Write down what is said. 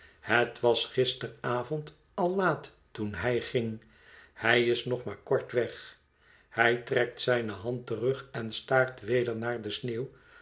het was gisteravond al laat toen hij ging hij is nog maar kort weg hij trekt zijne hand terug en staart weder naar de sneeuw